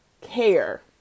care